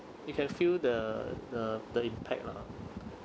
you can feel the the the impact lah